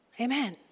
Amen